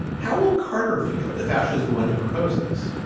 how will carter feel if ashley is the one who proposes?